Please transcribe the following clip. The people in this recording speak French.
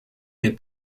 les